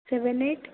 seven eight